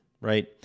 Right